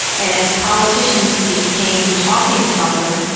and as politicians became talking tougher,